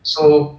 so